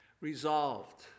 resolved